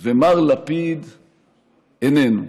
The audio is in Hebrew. ומר לפיד איננו.